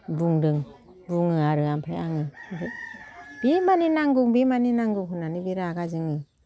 बुंदों बुङो आरो आमफाय आङो ओमफाय बे माने नांगौ बे माने नांगौ होननानै बे रागा जोङो